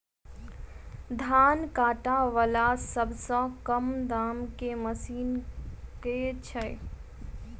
धान काटा वला सबसँ कम दाम केँ मशीन केँ छैय?